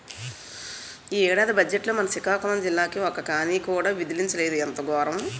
ఈ ఏడాది బజ్జెట్లో మన సికాకులం జిల్లాకి ఒక్క కానీ కూడా విదిలించలేదు ఎంత గోరము